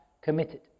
committed